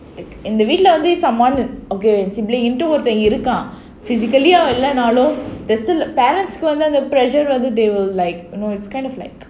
எங்க வீட்ல வந்து:enga veetla vandhu someone okay sibling ஒருத்தன் இருக்கான்:oruthan irukan physically அவன் இல்லனாலும்:avan illanaalum they are still parents கு வந்து அந்த:ku vandhu andha pressure they will like you know it's kind of like